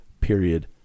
period